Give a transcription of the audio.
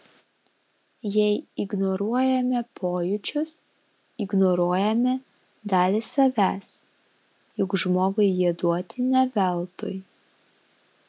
jei ignoruojame pojūčius ignoruojame dalį savęs juk žmogui jie duoti ne veltui